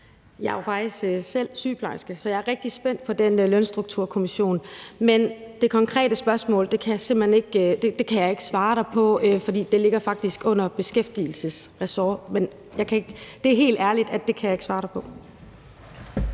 Jeg er jo faktisk selv sygeplejerske, så jeg er rigtig spændt på den Lønstrukturkomité. Men det konkrete spørgsmål kan jeg simpelt hen ikke svare på, for det ligger faktisk under ressortområdet for beskæftigelse. Det er helt ærligt, at det kan jeg ikke svare dig på.